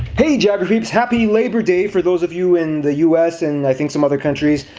hey geograpeeps! happy labor day for those of you in the us and i think some other countries.